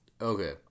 okay